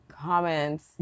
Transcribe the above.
Comments